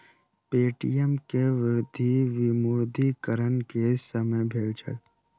Paytm के वृद्धि विमुद्रीकरण के समय भेल छल